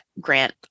grant